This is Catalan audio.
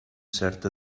certa